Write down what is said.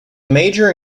major